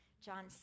John